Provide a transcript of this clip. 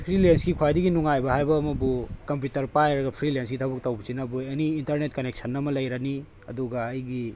ꯐ꯭ꯔꯤꯂꯦꯟꯁꯀꯤ ꯈ꯭ꯋꯥꯏꯗꯒꯤ ꯅꯨꯡꯉꯥꯏꯕ ꯍꯥꯏꯕ ꯑꯃꯕꯨ ꯀꯝꯄ꯭ꯌꯨꯇꯔ ꯄꯥꯏꯔꯒ ꯐ꯭ꯔꯤꯂꯦꯟꯁꯀꯤ ꯊꯕꯛ ꯇꯧꯕꯁꯤꯅꯕꯨ ꯑꯦꯅꯤ ꯏꯟꯇꯔꯅꯦꯠ ꯀꯅꯦꯛꯁꯟ ꯑꯃ ꯂꯩꯔꯅꯤ ꯑꯗꯨꯒ ꯑꯩꯒꯤ